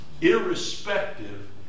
irrespective